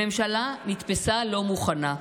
הממשלה נתפסה לא מוכנה.